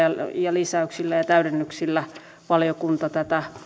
lisäyksillä ja täydennyksillä valiokunta tätä